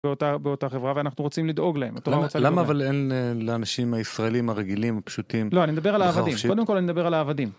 באותה חברה, ואנחנו רוצים לדאוג להם. למה אבל אין לאנשים הישראלים הרגילים, הפשוטים? לא, אני מדבר על העבדים, קודם כל אני מדבר על העבדים.